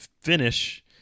finish